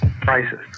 prices